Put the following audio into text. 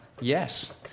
Yes